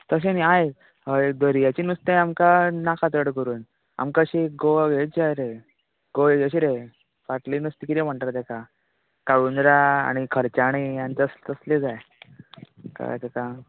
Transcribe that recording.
तशें न्ही आयक हय दर्याचें नुस्तें आमकां नाका चड करून आमकां अशें गोआ हेंच जाय रे गोय अशें रे फाटलीं नुस्तीं किदें म्हणटा रे तेका काळुंदरां आनी खर्चाणीं तस् तसलीं जाय कळ्ळें तुका